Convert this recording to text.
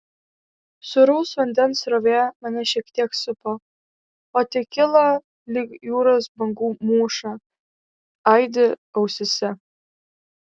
sūraus vandens srovė mane šiek tiek supa o tekila lyg jūros bangų mūša aidi ausyse